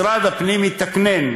משרד הפנים יתקנן,